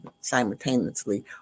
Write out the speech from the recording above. simultaneously